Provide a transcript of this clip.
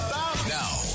Now